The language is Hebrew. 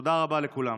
תודה רבה לכולם.